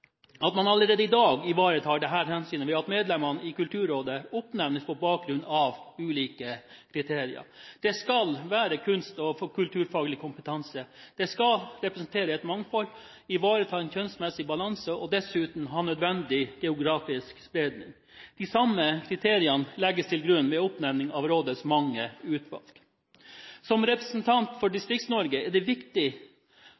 at man allerede i dag ivaretar dette hensynet ved at medlemmene i Kulturrådet oppnevnes på bakgrunn av ulike kriterier. Det skal være kunst- og kulturfaglig kompetanse, det skal representere et mangfold, ivareta en kjønnsmessig balanse og dessuten ha nødvendig geografisk spredning. De samme kriteriene legges til grunn ved oppnevning av rådets mange utvalg. Som representant fra Distrikts-Norge er det viktig for